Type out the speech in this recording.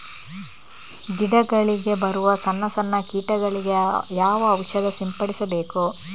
ಗಿಡಗಳಿಗೆ ಬರುವ ಸಣ್ಣ ಸಣ್ಣ ಕೀಟಗಳಿಗೆ ಯಾವ ಔಷಧ ಸಿಂಪಡಿಸಬೇಕು?